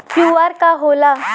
QR का होला?